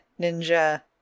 ninja